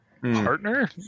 partner